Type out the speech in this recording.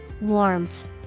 Warmth